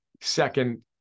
second